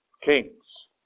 Kings